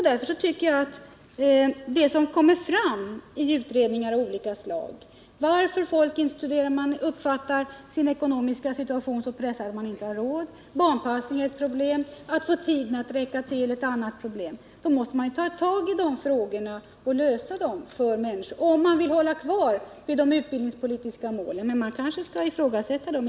Därför tycker jag att det som kommer fram i utredningar av olika slag om varför folk inte studerar, är att man uppfattar sin ekonomiska situation som så pressande att man inte har råd; barnpassningen är ett problem, att få tiden att räcka till är ett annat problem. Därför måste man ta tag i de här frågorna och lösa dem för människor, om man vill hålla fast vid de utbildningspolitiska målen.